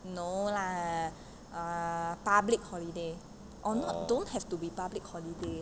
no lah ah public holiday or not don't have to be public holiday